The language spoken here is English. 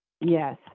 Yes